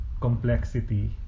complexity